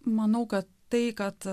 manau kad tai kad